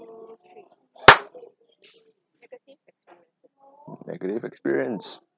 negative experience